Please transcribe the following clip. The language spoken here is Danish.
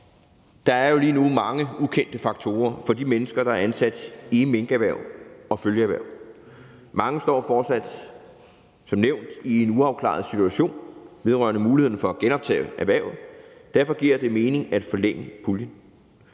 Der er jo lige nu mange ukendte faktorer for de mennesker, der er ansat i minkerhvervet og følgeerhverv. Mange står fortsat som nævnt i en uafklaret situation vedrørende muligheden for at genoptage erhverv. Derfor giver det mening at forlænge puljen.